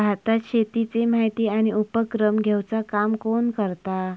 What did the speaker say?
भारतात शेतीची माहिती आणि उपक्रम घेवचा काम कोण करता?